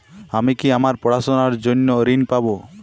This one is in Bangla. আমি কি আমার পড়াশোনার জন্য ঋণ পাব?